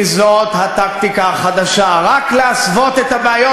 כי זאת הטקטיקה החדשה: רק להסוות את הבעיות